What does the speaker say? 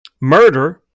murder